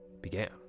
began